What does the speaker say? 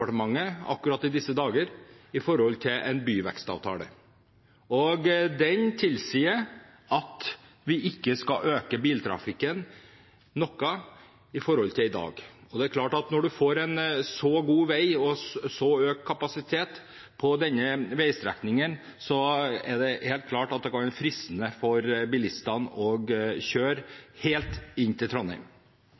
er akkurat i disse dager i forhandlinger med Samferdselsdepartementet om en byvekstavtale. Den tilsier at vi ikke skal øke biltrafikken noe i forhold til i dag. Når man får en så god vei og økt kapasitet på denne veistrekningen, kan det helt klart være fristende for bilistene å kjøre helt inn til Trondheim. Det som er beskrevet litt i proposisjonen, og